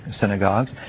synagogues